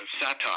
satire